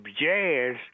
jazz